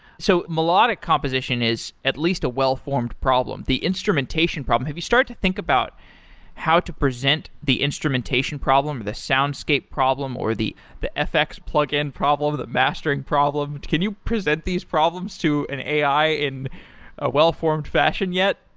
so melodic composition is at least a well-formed problem, the instrumentation problem. have you started to think about how to present the instrumentation problem, the soundscape problem, or the the fx plugin problem, the mastering problem? can you present these problems to an ai in a well-formed fashion yet?